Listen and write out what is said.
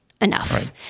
enough